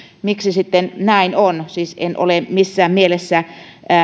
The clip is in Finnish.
miksi sitten näin on siis en ole missään mielessä